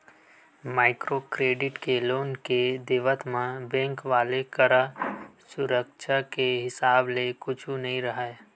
micro credit के loan के देवत म बेंक वाले करा सुरक्छा के हिसाब ले कुछु नइ राहय